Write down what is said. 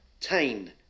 Tain